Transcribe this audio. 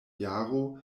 jaro